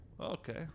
Okay